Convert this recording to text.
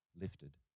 lifted